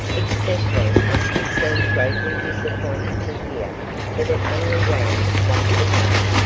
especially as he seemed greatly disappointed to hear that it only ran once a day,